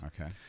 okay